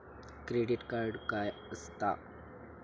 Credit card काय असता?